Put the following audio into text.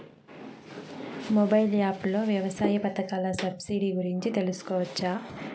Mobile app లో వ్యవసాయ పథకాల సబ్సిడి గురించి తెలుసుకోవచ్చా?